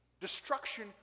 Destruction